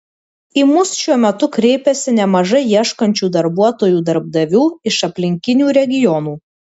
į mus šiuo metu kreipiasi nemažai ieškančių darbuotojų darbdavių iš aplinkinių regionų